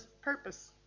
purpose